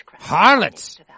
Harlots